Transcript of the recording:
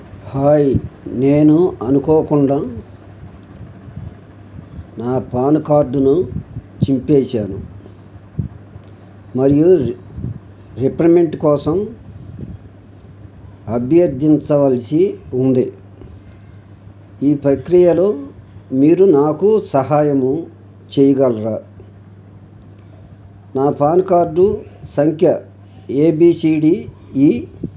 hi నేను అనుకోకుండా నా పాన్కార్డును చింపేసాను మరియు రీ రీప్రింట్ కోసం అభ్యర్థించవలసి ఉంది ఈ ప్రక్రియలో మీరు నాకు సహాయము చెయ్యగలరా నా పాన్కార్డు సంఖ్య ఏబీసీడీఈ